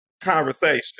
conversation